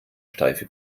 steife